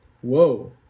Whoa